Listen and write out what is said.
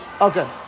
Okay